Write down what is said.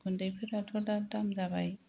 गुनदै फोराथ दा दाम जाबाय